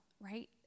right